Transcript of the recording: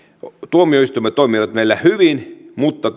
tuomioistuimet toimivat meillä hyvin mutta